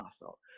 muscle